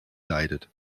leidet